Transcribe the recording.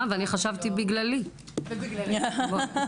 לא משנה באיזה מצב ובאיזה שלב,